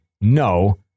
no